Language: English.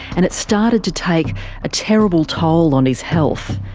and it started to take a terrible toll on his health.